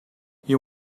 you